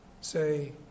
Say